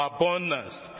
abundance